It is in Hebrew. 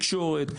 בתקשורת.